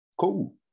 cool